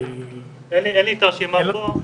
אין לי את הרשימה פה.